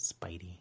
Spidey